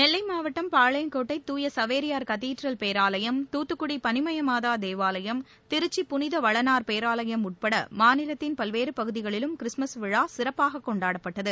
நெல்லை மாவட்டம் பாளையங்கோட்டை தூய சவேரியார் கதீட்ரல் பேராலயம் தூத்துக்குடி பளிமயமாதா தேவாலயம் திருச்சி புனித வளனார் பேராலயம் உட்பட மாநிலத்தின் பல்வேறு பகுதிகளிலும் கிறிஸ்துமஸ் விழா சிறப்பாக கொண்டாடப்பட்டது